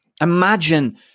Imagine